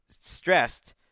stressed